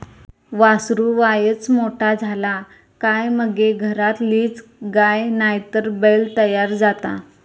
वासरू वायच मोठा झाला काय मगे घरातलीच गाय नायतर बैल तयार जाता